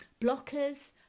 Blockers